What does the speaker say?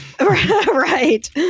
right